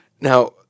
Now